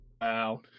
Wow